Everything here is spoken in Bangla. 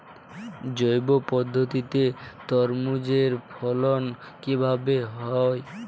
জৈব পদ্ধতিতে তরমুজের ফলন কিভাবে হয়?